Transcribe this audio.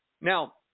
Now